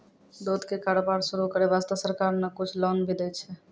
दूध के कारोबार शुरू करै वास्तॅ सरकार न कुछ लोन भी दै छै